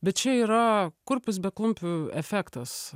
bet čia yra kurpis be klumpių efektas